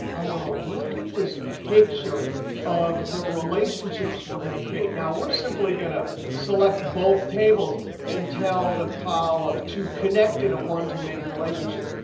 i want to look at this picture of the relationships we're going to create. now we're simply going to select both tables and tell the column to connect in a one to many relationship.